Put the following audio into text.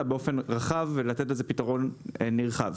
אלא באופן רחב ולתת לזה פתרון נרחב.